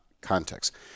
context